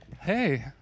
hey